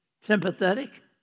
sympathetic